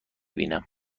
بینم